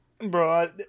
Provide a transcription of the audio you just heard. Bro